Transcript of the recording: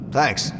Thanks